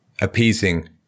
appeasing